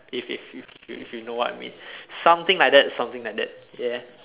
if if if if you know what I mean something like that something like that yeah